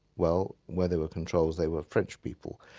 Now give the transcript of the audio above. well, where there were controls, they were french people.